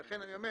לכן אני אומר,